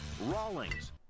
Rawlings